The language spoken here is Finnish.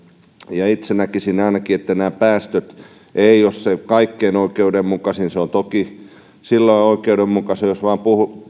ja itse näkisin ainakin että nämä päästöt eivät ole se kaikkein oikeudenmukaisin se on toki silloin oikeudenmukainen jos vain